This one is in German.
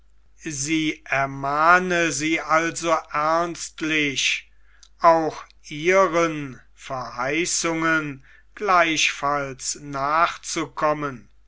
sie ermahne sie also ernstlich auch ihren verheißungen gleichfalls nachzukommen